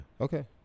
Okay